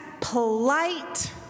polite